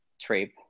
trip